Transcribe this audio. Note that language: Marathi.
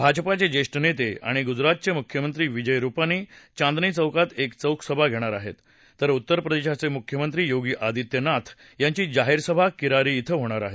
भाजपाचे ज्येष्ठ नेते आणि गुजरातचे मुख्यमंत्री विजय रुपानी चांदनी चौकात एक चौकसभा घेणार आहेत तर उत्तर प्रदेशाचे मुख्यमंत्री योगी आदित्यनाथ यांची जाहीरसभा किरारी कं होणार आहे